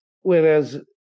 whereas